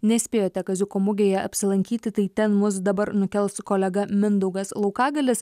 nespėjote kaziuko mugėje apsilankyti tai ten mus dabar nukels kolega mindaugas laukagalis